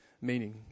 meaning